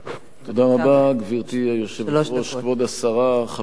גברתי היושבת-ראש, כבוד השרה, חברות וחברי הכנסת,